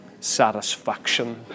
satisfaction